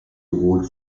award